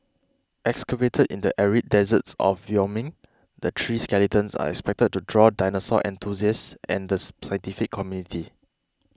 excavated in the arid deserts of Wyoming the three skeletons are expected to draw dinosaur enthusiasts and the scientific community